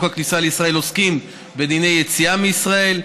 הכניסה לישראל עוסקים בדיני יציאה מישראל,